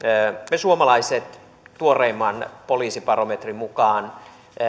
me suomalaiset tuoreimman poliisibarometrin mukaan